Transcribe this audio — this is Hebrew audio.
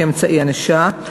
כאמצעי ענישה,